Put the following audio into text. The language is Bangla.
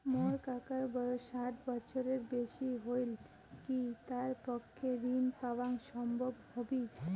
মোর কাকার বয়স ষাট বছরের বেশি হলই কি তার পক্ষে ঋণ পাওয়াং সম্ভব হবি?